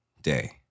day